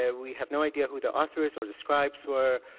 ah we have no idea who the author is or the scribes were.